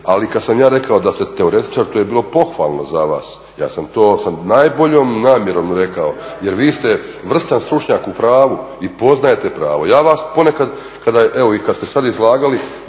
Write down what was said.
ali kada sam ja rekao da ste teoretičar, to je bilo pohvalno za vas, ja sam to sa najboljom namjerom rekao jer vi ste vrstan stručnjak u pravu i poznajete pravo. Ja vas ponekad kada, evo i kada ste sada izlagali